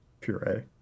puree